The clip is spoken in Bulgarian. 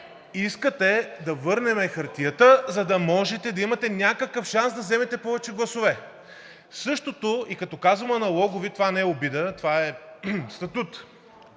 искате да върнем хартията, за да можете да имате някакъв шанс да вземете повече гласове. Като казвам аналогови – това не е обида, това е статут.